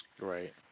Right